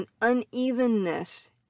unevenness